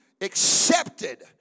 accepted